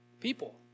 people